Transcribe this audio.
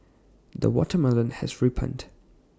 the watermelon has ripened